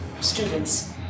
students